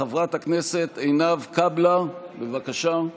חברת הכנסת עינב קאבלה, בבקשה.